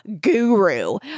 guru